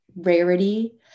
Rarity